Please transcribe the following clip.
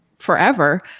forever